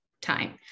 time